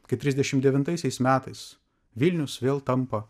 kai trisdešim devintaisiais metais vilnius vėl tampa